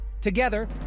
Together